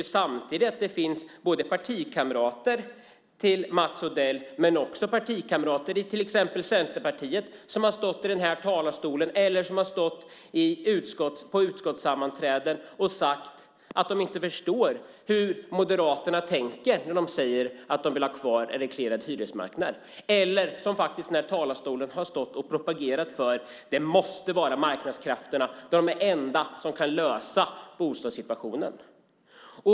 Samtidigt finns det partikamrater till Mats Odell, och också kamrater i till exempel Centerpartiet, som i denna talarstol och på utskottssammanträden sagt att de inte förstår hur Moderaterna tänker när de säger att de vill ha kvar en reglerad hyresmarknad. Det finns även de som stått i denna talarstol och propagerat för att marknadskrafterna måste få styra, att det är enda sättet att lösa bostadssituationen.